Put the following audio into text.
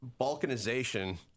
balkanization